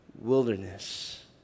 Wilderness